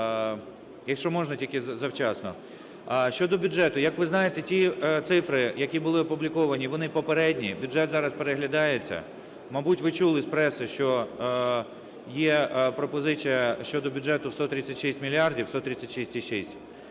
Якщо можна, тільки завчасно. Щодо бюджету. Як ви знаєте, ті цифри, які були опубліковані, вони попередні. Бюджет зараз переглядається. Мабуть, ви чули з преси, що є пропозиція щодо бюджету в 136 мільярдів – 136,6,